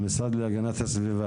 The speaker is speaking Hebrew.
החליטו לסמן שני כתמים.